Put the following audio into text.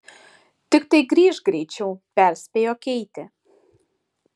tiktai grįžk greičiau perspėjo keitė